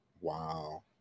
Wow